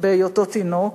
בהיותו תינוק,